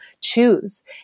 Choose